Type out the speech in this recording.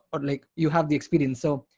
or like, you have the experience so,